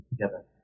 together